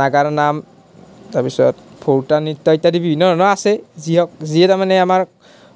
নাগাৰা নাম তাৰ পিছত ভোৰতাল নৃত্য ইত্যাদি বিভিন্ন ধৰণৰ আছে যিয়ক যিয়ে তাৰ মানে আমাৰ